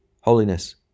Holiness